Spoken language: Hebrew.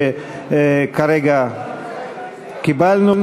שכרגע קיבלנו,